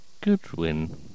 Goodwin